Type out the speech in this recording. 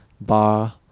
bar